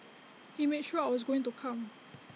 he made sure I was going to come